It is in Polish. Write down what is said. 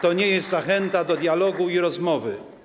To nie jest zachęta do dialogu i rozmowy.